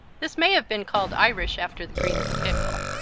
this may have been called irish after the green of the pickle.